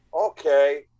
Okay